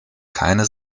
keine